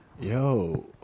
Yo